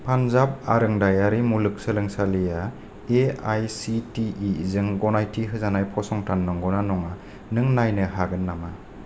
पान्जाब आरोंदायारि मुलुगसोलोंसालिआ A I C T E जों गनायथि होजानाय फसंथान नंगौना नङा नों नायनो हागोन नामा